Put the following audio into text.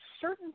certain